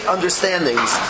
understandings